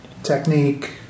Technique